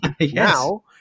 now